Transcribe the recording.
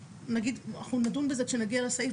אנחנו נדון בזה כשנגיע לסעיף.